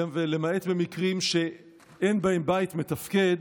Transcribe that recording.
ולמעט במקרים שאין בהם בית מתפקד,